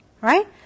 Right